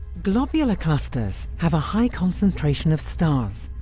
globular clusters have a high concentration of stars,